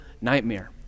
nightmare